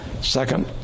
second